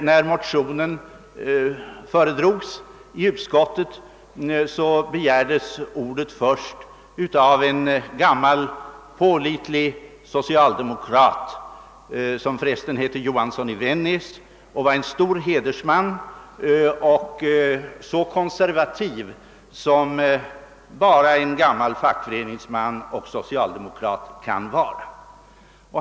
När motionen föredrogs begärdes ordet först av en gammal pålitlig socialdemokrat, herr Johansson i Vännäs, som var en stor hedersman och så konservativ som bara en gammal fackföreningsman och socialdemokrat kan vara.